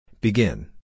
Begin